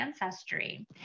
ancestry